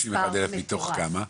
31 אלף מתוך כמה?